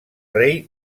rei